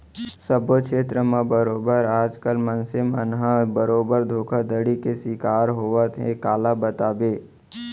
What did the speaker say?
सब्बो छेत्र म बरोबर आज कल मनसे मन ह बरोबर धोखाघड़ी के सिकार होवत हे काला बताबे